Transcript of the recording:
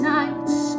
nights